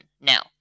Now